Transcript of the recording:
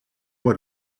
moi